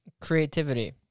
Creativity